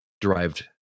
derived